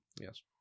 Yes